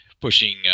pushing